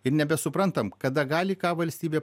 ir nebesuprantam kada gali ką valstybė